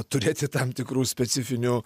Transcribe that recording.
turėti tam tikrų specifinių